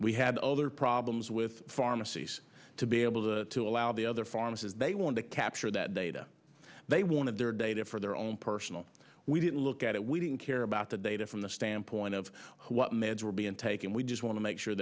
we had other problems with pharmacies to be able to allow the other pharmacies they want to capture that data they wanted their data for their own personal we didn't look at it we didn't care about the data from the standpoint of what meds were being taken we just want to make sure